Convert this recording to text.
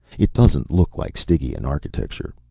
it doesn't look like stygian architecture.